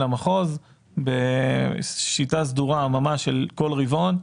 המחוז בשיטה סדורה ממש של כל רבעון.